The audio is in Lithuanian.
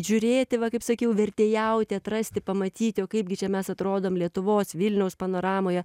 žiūrėti va kaip sakiau vertėjauti atrasti pamatyti o kaipgi čia mes atrodom lietuvos vilniaus panoramoje